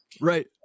Right